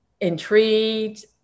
intrigued